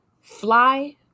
Fly